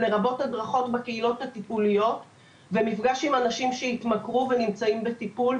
לרבות הדרכות בקהילות הטיפוליות ומפגש עם אנשים שהתמכרו ונמצאים בטיפול.